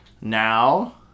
now